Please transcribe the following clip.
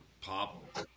pop